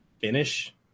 finish